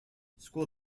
school